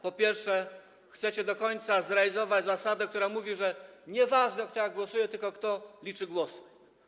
Po pierwsze, chcecie do końca zrealizować zasadę, która mówi, że ważne jest nie to, kto jak głosuje, tylko kto liczy głosy.